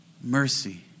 mercy